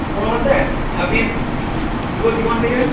পনেরোর মধ্যে আপনি ভিভো টি ওয়ান পেয়ে যাবেন